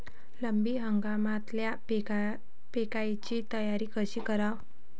रब्बी हंगामातल्या पिकाइची तयारी कशी कराव?